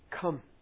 Come